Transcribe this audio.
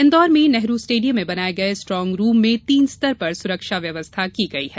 इंदौर में नेहरू स्टेडियम में बनाये गये स्ट्रांग रूम में तीन स्तर पर सुरक्षा व्यवस्था की गई है